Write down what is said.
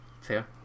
Fair